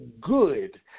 good